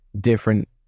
different